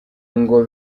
ngo